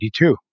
1982